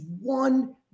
one